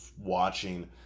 watching